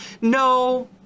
No